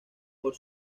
por